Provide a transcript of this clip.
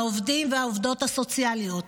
העובדים והעובדות הסוציאליות,